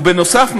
ובנוסף,